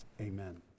Amen